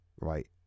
Right